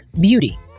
beauty